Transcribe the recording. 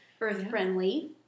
Earth-friendly